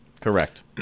Correct